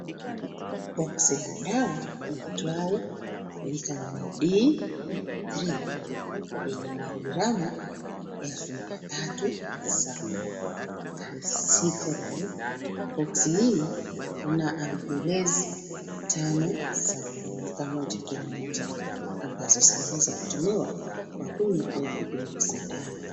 Boksi la dawa liitwayo Vitamin D3 yenye miligramu elfu mia tatu za colipreciferal .Boksi hii lina ambulensi tano za milimita moja kila moja ambazo zinaweza kutumiwa kwa kunywa au kudungwa sindano.